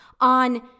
on